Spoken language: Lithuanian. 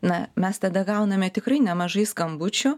na mes tada gauname tikrai nemažai skambučių